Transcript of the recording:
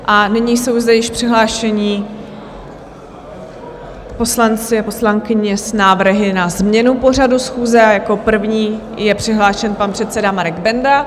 A nyní jsou zde již přihlášení poslanci a poslankyně s návrhy na změnu pořadu schůze a jako první je přihlášen pan předseda Marek Benda.